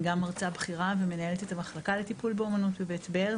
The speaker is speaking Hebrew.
אני גם מרצה בכירה ומנהלת את המחלקה לטיפול באומנות בבית ברל,